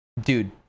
dude